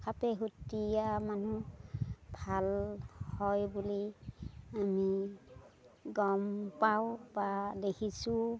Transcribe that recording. সাপে খুটিয়া মানুহ ভাল হয় বুলি আমি গম পাওঁ বা দেখিছোঁ